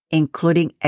including